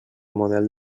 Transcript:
model